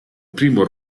primo